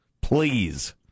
please